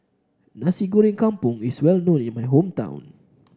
Nasi Goreng Kampung is well known in my hometown